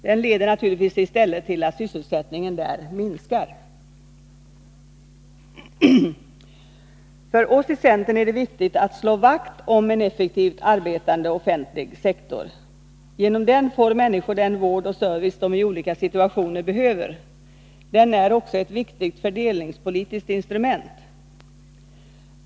Den leder naturligtvis i stället till att sysselsättningen där minskar. För oss i centern är det viktigt att slå vakt om en effektivt arbetande offentlig sektor. Genom denna får människor den vård och den service de i olika situationer behöver. Den är också ett viktigt fördelningspolitiskt instrument.